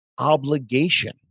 obligation